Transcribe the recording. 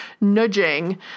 nudging